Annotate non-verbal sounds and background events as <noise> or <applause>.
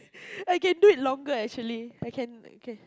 <laughs> I can do it longer actually I can I can